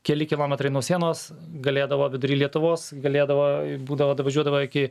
keli kilometrai nuo sienos galėdavo vidury lietuvos galėdavo būdavo davažiuodavo iki